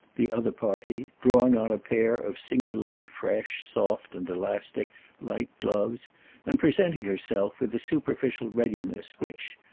the other party, drawing on a pair of singularly fresh soft and elastic light gloves and presenting herself with a superficial readiness which,